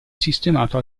sistemato